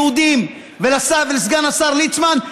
יהודים ולסגן השר ליצמן: